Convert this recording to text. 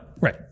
Right